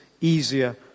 easier